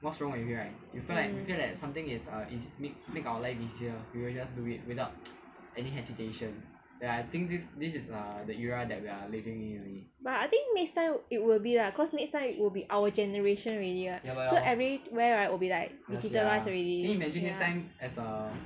mm but I think next time it will be ah cause next time it will be our generation already what so everywhere right will be like digitalize already